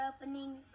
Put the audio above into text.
opening